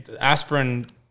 aspirin